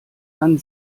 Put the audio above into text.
man